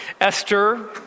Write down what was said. Esther